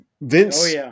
Vince